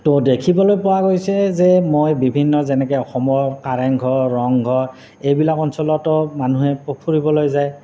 তো দেখিবলৈ পোৱা গৈছে যে মই বিভিন্ন যেনেকৈ অসমৰ কাৰেংঘৰ ৰংঘৰ এইবিলাক অঞ্চলতো মানুহে ফুৰিবলৈ যায়